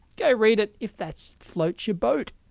go read it, if that floats your boat.